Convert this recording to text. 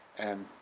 and,